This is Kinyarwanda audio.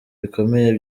bikomeye